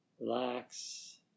Relax